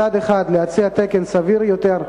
מצד אחד להציע תקן סביר יותר,